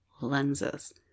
lenses